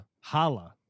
Hala